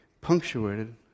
punctuated